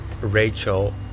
Rachel